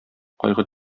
кайгы